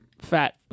fat